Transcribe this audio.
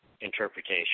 interpretation